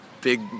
big